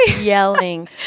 yelling